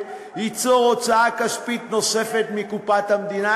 ייצור הוצאה כספית נוספת מקופת המדינה.